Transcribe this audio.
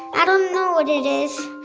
i don't know what it is.